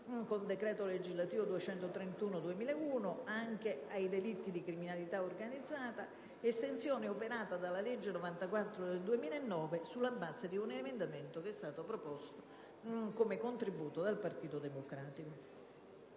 con decreto legislativo n. 231 del 2001 anche ai delitti di criminalità organizzata, estensione operata dalla legge n. 94 del 2009 sulla base di un emendamento che è stato proposto come contributo dal Partito Democratico.